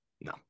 No